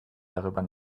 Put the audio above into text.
darüber